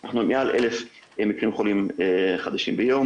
אנחנו מעל 1,000 מקרים של חולים חדשים ביום.